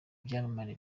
byamamare